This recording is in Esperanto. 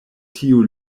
tiu